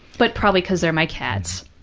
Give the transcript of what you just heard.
but probably because they're my cats.